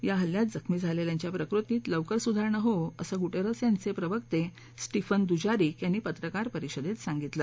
या हल्ल्यात जखमी झालेल्यांच्या प्रकृतीत लवकर सुधारणा होवो असे गुटेरस यांचे प्रवक्ते स्टीफन दुजारिक यांनी पत्रकार परिषदेत सांगितलं